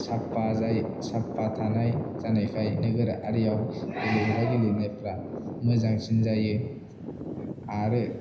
साफा थानाय जानायखाय नोगोरारि आव गेलेनायफ्रा मोजांसिन जायो आरो